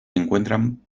encuentran